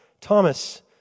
Thomas